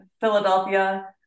Philadelphia